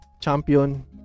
champion